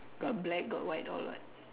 got black got white got what